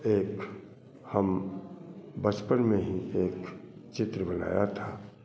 एक हम बचपन में ही एक चित्र बनाए थे